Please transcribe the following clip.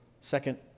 second